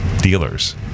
dealers